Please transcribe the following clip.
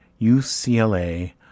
UCLA